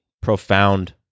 profound